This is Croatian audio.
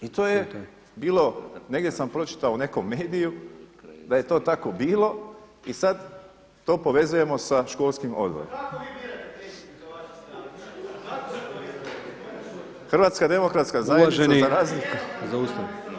I to je bilo, negdje sam pročitao u nekom mediju da je to tako bilo i sad to povezujemo sa školskim odborima. … [[Upadica: Govornik nije uključen, ne čuje se.]] Hrvatska demokratska zajednica za razliku.